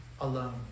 alone